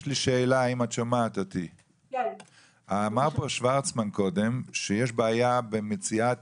שוורצמן אמר פה קודם שיש בעיה במציאת